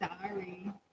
sorry